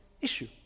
issue